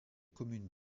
communes